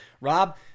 Rob